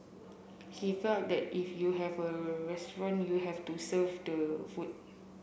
he felt that if you have a restaurant you have to serve the food